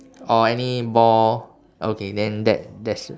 or any ball okay then that that's